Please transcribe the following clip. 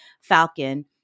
Falcon